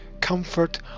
Comfort